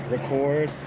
Record